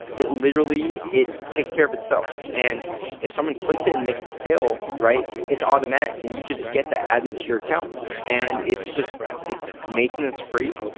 it literally, it takes care of itself and if someone clicks it and makes a sale, right? it's automatic and you just get that added to your account and it's just, it's maintenance free,